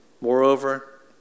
Moreover